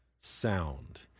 sound